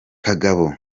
kagabo